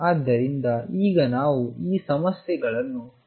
ಆದ್ದರಿಂದ ಈಗ ನಾವು ಈ ಸಮಸ್ಯೆಗಳನ್ನು ಹಂತ ಹಂತವಾಗಿ ತೆಗೆದುಕೊಳ್ಳೋಣ